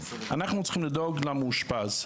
אנחנו צריכים לדאוג למאושפז,